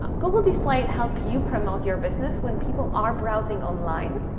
google display help you promote your business when people are browsing online,